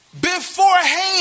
beforehand